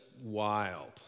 wild